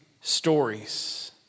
stories